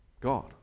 God